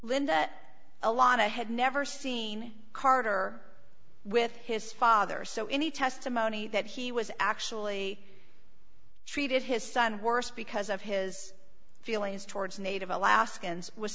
that a lot of had never seen carter with his father so any testimony that he was actually treated his son worse because of his feelings towards native alaskans was